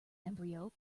embryo